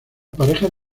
parejas